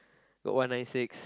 got one nine six